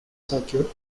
circuit